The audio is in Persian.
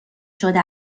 شده